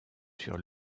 sur